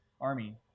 army